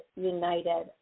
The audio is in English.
united